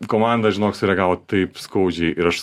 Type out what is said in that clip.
komanda žinok sureagavo taip skaudžiai ir aš